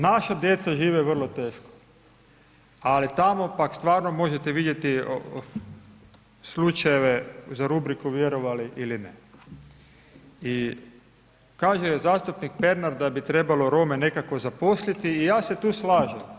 Naša djeca žive vrlo teško, ali tamo pak stvarno možete vidjeti slučajeve za rubriku vjerovali ili ne i kaže zastupnik Pernar da bi trebalo Rome nekako zaposliti i ja se tu slažem.